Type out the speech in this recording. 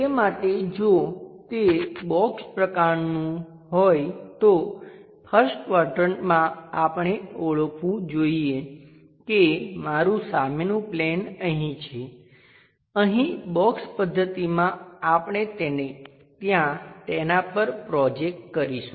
તે માટે જો તે બોક્સ પ્રકારનું હોય તો 1st ક્વાડ્રંટમાં આપણે ઓળખવું જોઈએ કે મારું સામેનું પ્લેન અહીં છે અહીં બોક્સ પદ્ધતિમાં આપણે તેને ત્યાં તેના પર પ્રોજેક્ટ કરીશું